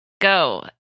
go